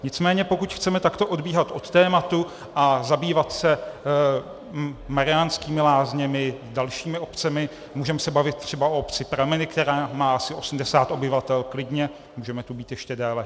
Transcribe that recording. Nicméně pokud chceme takto odbíhat od tématu a zabývat se Mariánskými Lázněmi a dalšími obcemi, můžeme se bavit třeba o obci Prameny, která má asi 80 obyvatel, klidně, můžeme tu být ještě déle.